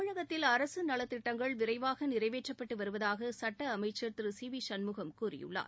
தமிழகத்தில் அரசு நலத்திட்டங்கள் விரைவாக நிறைவேற்றப்பட்டு வருவதாக சட்ட அமைச்சர் திரு சி வி சண்முகம் கூறியுள்ளார்